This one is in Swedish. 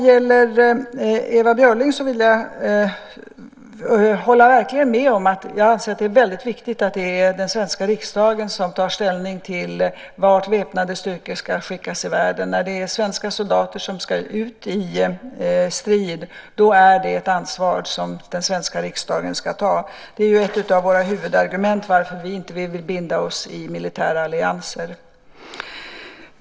Jag håller verkligen med Ewa Björling om att det är väldigt viktigt att det är den svenska riksdagen som tar ställning till vart väpnade styrkor ska skickas i världen. När svenska soldater ska ut i strid är det ett ansvar som den svenska riksdagen ska ta. Det är ett av våra huvudargument för varför vi inte vill binda oss i militära allianser.